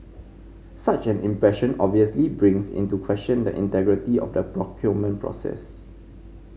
such an impression obviously brings into question the integrity of the procurement process